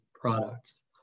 products